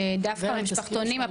שדווקא המשפחתונים,